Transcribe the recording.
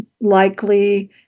Likely